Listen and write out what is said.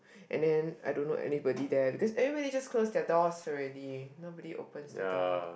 and then I don't know anybody there because everybody just close their doors already nobody opens the door